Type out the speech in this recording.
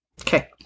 Okay